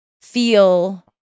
feel